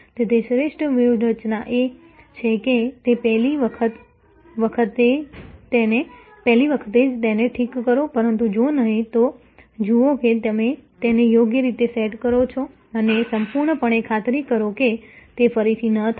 તેથી શ્રેષ્ઠ વ્યૂહરચના એ છે કે તે પેલી વખતે જ તેને ઠીક કરો પરંતુ જો નહીં તો જુઓ કે તમે તેને યોગ્ય રીતે સેટ કરો છો અને સંપૂર્ણપણે ખાતરી કરો કે તે ફરીથી ન થાય